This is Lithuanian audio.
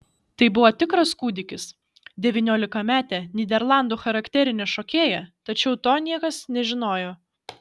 tai buvo tikras kūdikis devyniolikametė nyderlandų charakterinė šokėja tačiau to niekas nežinojo